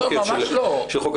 לא, לא, ממש לא.